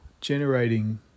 generating